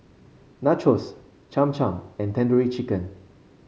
Nachos Cham Cham and Tandoori Chicken